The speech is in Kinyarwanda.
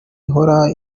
ihora